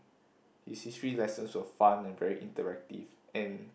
his History lessons were fun and very interactive and